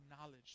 knowledge